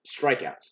strikeouts